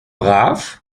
brav